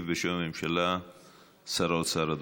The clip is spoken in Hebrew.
בשם הממשלה ישיב שר האוצר.